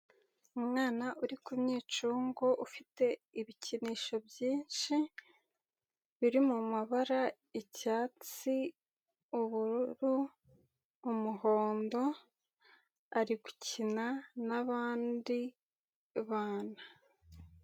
Umwana uri ku mwicungo ufite ibikinisho byinshi biri mu mabara: icyatsi, ubururu, umuhondo, ari gukina n'abandi bana.